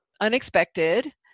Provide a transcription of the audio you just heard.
unexpected